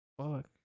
Fuck